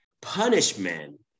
punishment